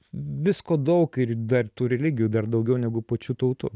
visko daug ir dar tų religijų dar daugiau negu pačių tautų